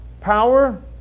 power